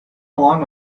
along